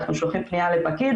אנחנו שולחים פניה לפקיד,